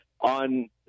on